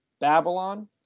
Babylon